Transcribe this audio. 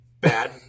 bad